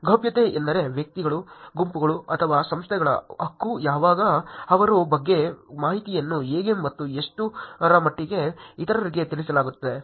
ಗೌಪ್ಯತೆ ಎಂದರೆ ವ್ಯಕ್ತಿಗಳು ಗುಂಪುಗಳು ಅಥವಾ ಸಂಸ್ಥೆಗಳ ಹಕ್ಕು ಯಾವಾಗ ಅವರ ಬಗ್ಗೆ ಮಾಹಿತಿಯನ್ನು ಹೇಗೆ ಮತ್ತು ಎಷ್ಟರ ಮಟ್ಟಿಗೆ ಇತರರಿಗೆ ತಿಳಿಸಲಾಗುತ್ತದೆ"